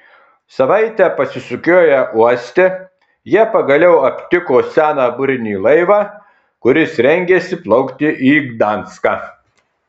savaitę pasisukioję uoste jie pagaliau aptiko seną burinį laivą kuris rengėsi plaukti į gdanską